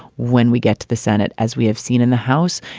when we get to the senate, as we have seen in the house,